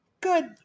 good